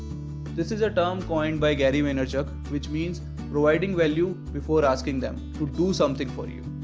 this is a term coined by gary vaynerchuk which means providing value before asking them to do something for you.